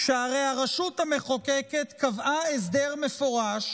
שהרי הרשות המחוקקת קבעה הסדר מפורש